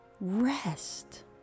rest